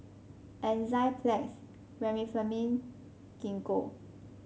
Enzyplex Remifemin Gingko